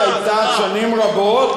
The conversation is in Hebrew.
זה רע.